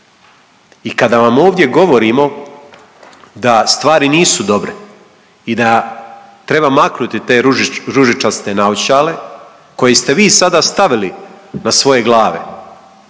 I kada vam ovdje govorimo da stvari nisu dobre i da treba maknuti te ružičaste naočale koje ste vi sada stavili na svoje glave,